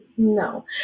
No